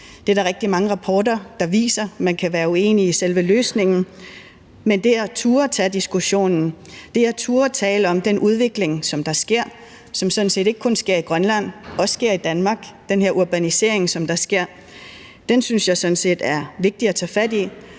Det er der rigtig mange rapporter der viser. Man kan være uenig i selve løsningen, men det at turde tage diskussionen, det at turde tale om den udvikling, der sker, og som sådan set ikke kun sker i Grønland, men også sker i Danmark – altså den her urbanisering, der sker – synes jeg sådan set er vigtig at tage fat i.